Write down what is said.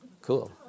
cool